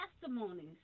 testimonies